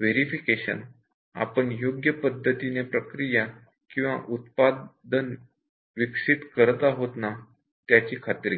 verification आपण योग्य पद्धतीने प्रक्रिया किंवा उत्पादन विकसित करत आहोत का नाही त्याची खात्री करते